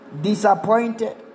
disappointed